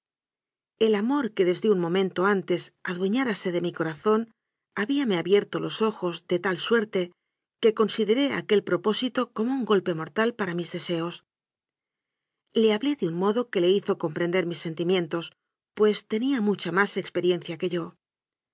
el amor que desde un momento antes adueñárase de mi corazón había me abierto los ojos de tal suerte que consideré aquel propósito como un golpe mortal para mis deseos le hablé de un modo que le hizo compren der mis sentimientos pues tenía mucha más ex periencia que yo